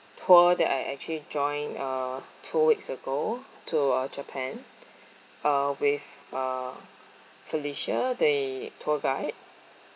tour that I actually joined uh two weeks ago to uh japan uh with uh felicia the tour guide